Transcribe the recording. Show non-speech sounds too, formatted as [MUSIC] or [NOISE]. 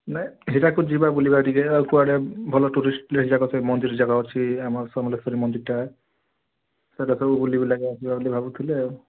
ନାଇଁ ହୀରାକୁଦ ଯିବା ବୁଲିବା ଟିକିଏ ଆଉ କୁଆଡ଼େ ଭଲ ଟୁରିଷ୍ଟ ପ୍ଲେସ୍ ଯାଗା ସେ ମନ୍ଦିର ଯାଗା ଅଛି ଆମ ସମଲେଶ୍ୱରୀ ମନ୍ଦିରଟା [UNINTELLIGIBLE] ସବୁ ବୁଲିବୁଲା ଯିବା ବୋଲି ଭାବୁଥିଲି ଆଉ